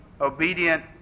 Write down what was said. obedient